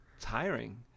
tiring